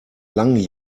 langen